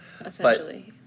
Essentially